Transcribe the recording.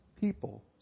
people